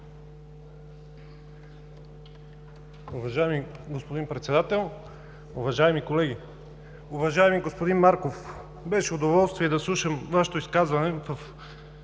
Уважаеми господин Председател, уважаеми колеги! Уважаеми господин Марков, беше удоволствие да слушам Вашето изказване